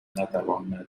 نتواند